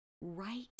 right